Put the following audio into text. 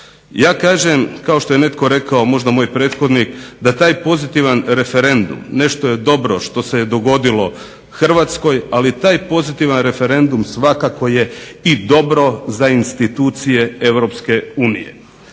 Ja kažem kao što je netko rekao možda moj prethodnik da taj pozitivan referendum, nešto je dobro što se dogodilo Hrvatskoj ali taj pozitivan referendum svakako je dobro za institucije Europske unije.